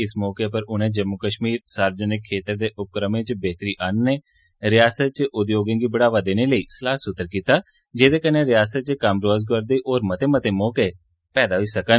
इस मौके पर उनें जम्मू कश्मीर सार्वजनिक क्षेत्र दे उपक्रमें च बेहततरी आनने रियासत च उद्योगें गी बढ़ावा देने लेई सलाह सूत्र कीता जेदे कन्नै रियासता च कम्म रोजगार ते होर मते मते मौके पैदा होई सकगंन